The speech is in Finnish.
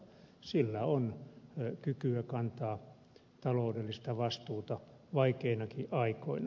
sillä on kykyä kantaa taloudellista vastuuta vaikeinakin aikoina